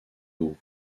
haut